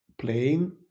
playing